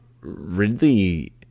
Ridley